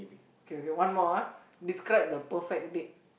K K one more ah describe the perfect date